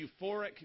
euphoric